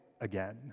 again